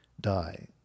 die